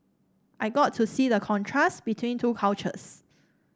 I got to see the contrast between two cultures